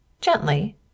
Gently